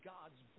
God's